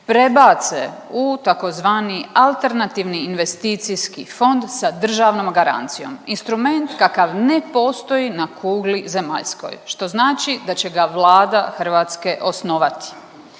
prebace u tzv. alternativni investicijski fond sa državnom garancijom instrument kakav ne postoji na kugli zemaljskoj. Što znači da će ga Vlada Hrvatske osnovati,